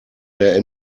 der